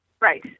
Right